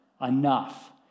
enough